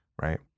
right